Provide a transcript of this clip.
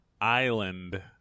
island